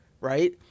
right